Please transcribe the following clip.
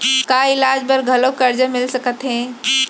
का इलाज बर घलव करजा मिलिस सकत हे?